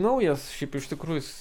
naujas šiaip iš tikrųjų jis